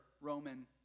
Roman